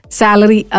salary